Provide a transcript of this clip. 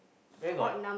where got